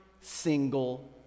single